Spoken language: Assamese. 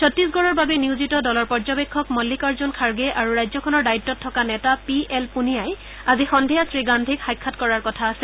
ছট্টীশগড়ৰ বাবে নিয়োজিত দলৰ পৰ্যবেক্ষক মল্লিকাৰ্জন খাৰ্গে আৰু ৰাজ্যখনৰ দায়িত্বত থকা নেতা পি এল পুনিয়াই আজি সদ্ধিয়া শ্ৰীগাধীক সাক্ষাৎ কৰাৰ কথা আছে